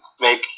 make